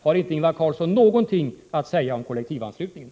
Har inte Ingvar Carlsson någonting att säga om kollektivanslutningen?